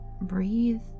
breathe